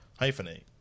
hyphenate